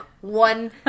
one